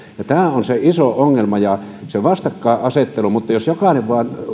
tämä on se iso ongelma ja se vastakkainasettelu mutta jos jokainen